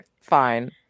fine